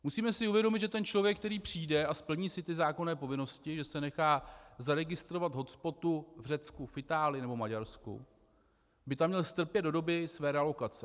Musíme si uvědomit, že člověk, který přijde a splní si zákonné povinnosti, že se nechá zaregistrovat k hotspotu v Řecku, v Itálii nebo v Maďarsku, by tam měl strpět do doby své realokace.